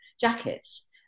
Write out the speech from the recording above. jackets